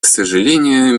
сожалению